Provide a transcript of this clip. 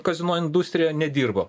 kazino industrijoje nedirbo